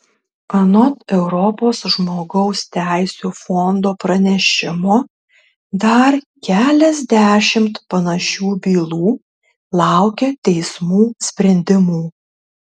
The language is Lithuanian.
anot europos žmogaus teisių fondo pranešimo dar keliasdešimt panašių bylų laukia teismų sprendimų